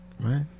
Right